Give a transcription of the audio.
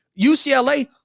UCLA